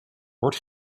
hoort